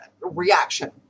reaction